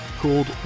called